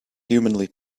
humanly